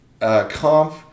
comp